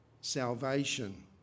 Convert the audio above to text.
salvation